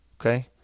Okay